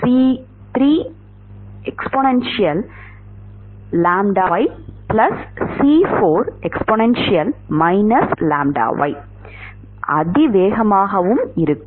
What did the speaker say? அதிவேகமாகவும் இருக்கும்